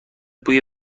بوی